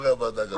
חברי הוועדה.